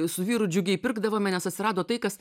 su vyru džiugiai pirkdavome nes atsirado tai kas